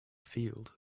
field